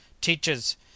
teachers